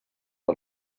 que